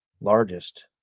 largest